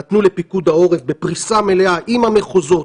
נתנו לפיקוד העורף בפריסה מלאה עם המחוזות,